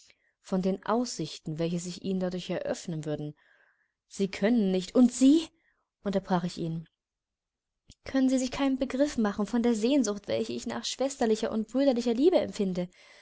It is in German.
von den aussichten welche sich ihnen dadurch eröffnen würden sie können nicht und sie unterbrach ich ihn können sich keinen begriff machen von der sehnsucht welche ich nach schwesterlicher und brüderlicher liebe empfinde